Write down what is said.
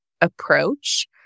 approach